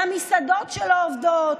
למסעדות שלא עובדות,